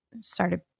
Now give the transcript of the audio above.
started